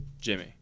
Jimmy